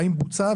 האם בוצע,